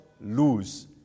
lose